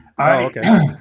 okay